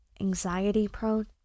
Anxiety-prone